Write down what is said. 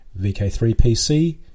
VK3PC